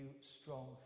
strong